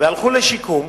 והלכו לשיקום,